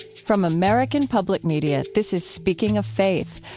from american public media, this is speaking of faith,